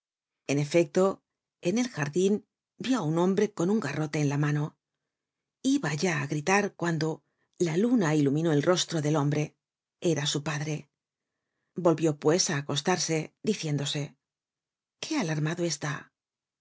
en efecto en el jardin vió á un hombre con un garrote en la mano iba ya á gritar cuando la luna iluminó el rostro del hombre era su padre volvió pues á acostarse diciéndose qué alarmado está